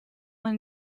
man